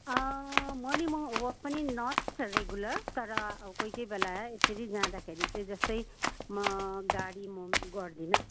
मर्निङमा walk पनि not regular तर अब कोही कोही बेला यसरी जाँदाखेरि चाहिँ जस्तै म गाडी म गर्दिनँ